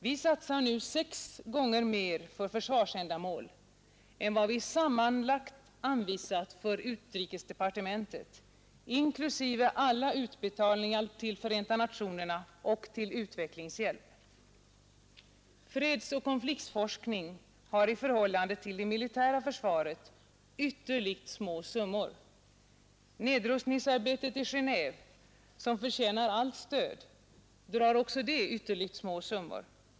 Vi satsar nu sex gånger mer för försvarsändamål än vad vi sammanlagt anvisat för utrikesdepartementet, inklusive alla utbetalningar till Förenta nationerna och till utvecklingshjälp. Fredsoch konfliktforskning har i förhållande till det militära försvaret ytterligt små summor. Nedrustningsarbetet i Genéve, som förtjänar allt stöd, drar också det ytterligt små summor.